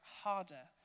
harder